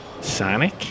Sonic